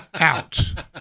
out